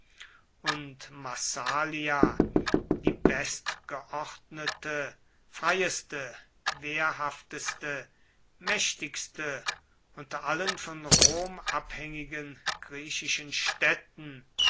und massalia die bestgeordnete freieste wehrhafteste mächtigste unter allen von rom abhängigen griechischen städten